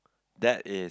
that is